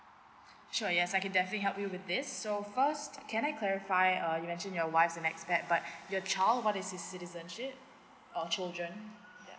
sure yes I can definitely help you with this so first can I clarify uh you mention your wife's an expat but your child what is his citizenship or children